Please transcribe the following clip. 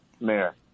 Mayor